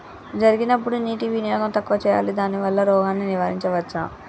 జరిగినప్పుడు నీటి వినియోగం తక్కువ చేయాలి దానివల్ల రోగాన్ని నివారించవచ్చా?